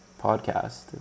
podcast